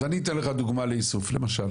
אז אני אתן לך דוגמה לאיסוף למשל.